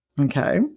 Okay